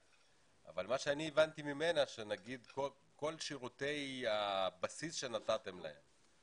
אבל מה שהבנתי ממנה שנגיד כל שירותי הבסיס שנתתם להם,